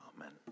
amen